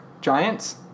Giants